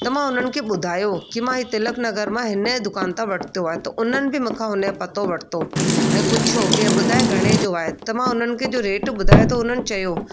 त मां हुननि खे ॿुधायो की मां तिलकनगर मां हिन दुकान तां वरितो आहे त उन्हनि बि मूंखां उन जो पतो वरितो ऐं पुछियो के ॿुधाए घणे जो आहे त मां उन्हनि खे जो रेट ॿुधायो त उन्हनि चयो